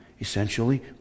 essentially